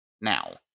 Now